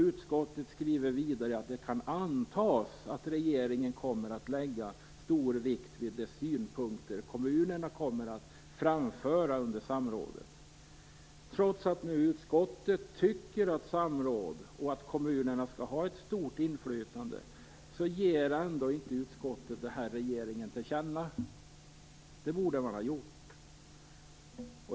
Utskottet skriver också att det kan antas att regeringen kommer att lägga stor vikt vid de synpunkter kommunerna kommer att framföra under samrådet. Trots att utskottet tycker att kommunerna skall ha ett stort inflytande ger utskottet ändå inte regeringen det till känna. Det borde man ha gjort.